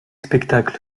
spectacle